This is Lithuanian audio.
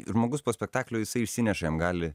žmogus po spektaklio jisai išsineša jam gali